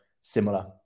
similar